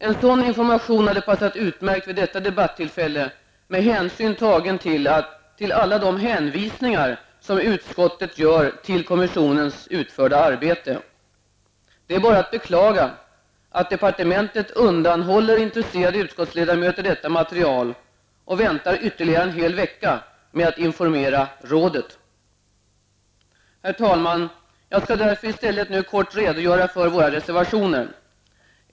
En sådan information hade passat utmärkt vid detta debattillfälle med hänsyn tagen till alla de hänvisningar som utskottet gör till kommissionens utförda arbete. Det är bara att beklaga att departementet undanhåller intresserade utskottsledamöter detta material och väntar ytterligare en hel vecka med att informera rådet. Herr talman! Jag skall därför i stället kort redogöra för våra reservationer.